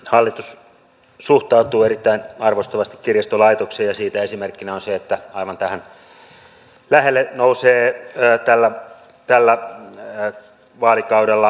hallitus suhtautuu erittäin arvostavasti kirjastolaitokseen ja siitä esimerkkinä on se että aivan tähän lähelle nousee tällä vaalikaudella keskustakirjasto